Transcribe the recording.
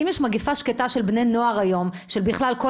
אם יש מגיפה שקטה של בני נוער ובכלל של כל